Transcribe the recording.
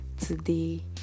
today